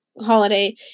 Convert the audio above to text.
holiday